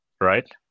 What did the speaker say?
right